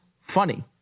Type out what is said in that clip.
funny